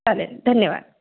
चालेल धन्यवाद